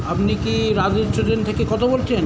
আপনি কি রাজ রেস্টুরেন্ট থেকে কথা বলছেন